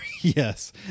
yes